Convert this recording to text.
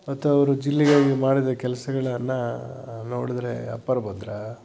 ಮತ್ತು ಅವರು ಜಿಲ್ಲೆಗಾಗಿ ಮಾಡಿದ ಕೆಲಸಗಳನ್ನ ನೋಡಿದ್ರೆ ಅಪ್ಪರ್ ಭದ್ರಾ